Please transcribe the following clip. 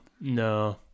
no